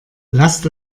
lasst